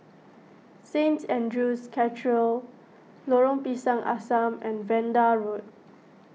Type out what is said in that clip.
Saint andrew's Cathedral Lorong Pisang Asam and Vanda Road